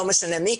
לא משנה מי,